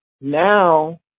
now